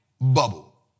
bubble